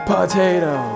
Potato